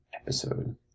episode